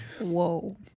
Whoa